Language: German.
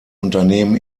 unternehmen